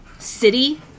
City